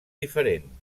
diferent